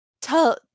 tell